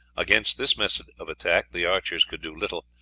against this method of attack the archers could do little,